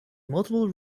multiple